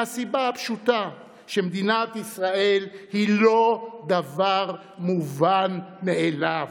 מהסיבה הפשוטה שמדינת ישראל היא לא דבר מובן מאליו.